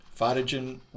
Phytogen